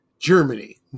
Germany